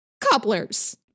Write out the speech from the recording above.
Cobblers